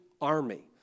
army